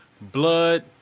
blood